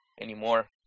anymore